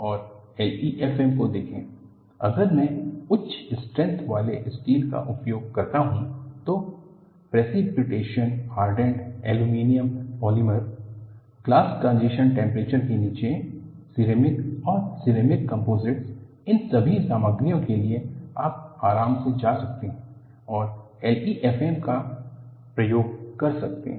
और LEFM को देखे अगर मैं उच्च स्ट्रेंथ वाले स्टील का उपयोग करता हूं तो precipitation hardened aluminium polymer glass transition temperature के नीचे सिरेमिक और सिरेमिक कंपोजिट इन सभी सामग्रियों के लिए आप आराम से जा सकते हैं और LEFM का प्रयास कर सकते हैं